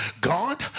God